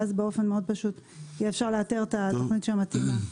ואז באופן מאוד פשוט יהיה אפשר לאתר את התוכנית המתאימה.